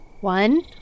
One